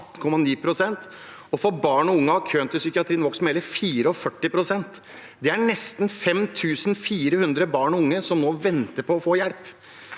For barn og unge har køen til psykiatrien vokst med hele 44 pst. Det er nesten 5 400 barn og unge som nå venter på å få hjelp.